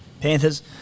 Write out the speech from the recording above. Panthers